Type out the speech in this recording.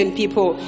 people